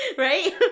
Right